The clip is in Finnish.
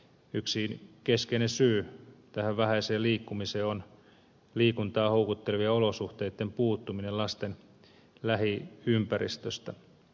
yksi keskeinen syy tähän vähäiseen liikkumiseen on liikuntaan houkuttelevien olosuhteitten puuttuminen lasten lähiympäristöstä